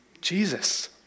Jesus